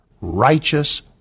righteous